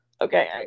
Okay